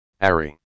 Ari